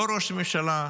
לא ראש הממשלה,